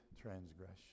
transgression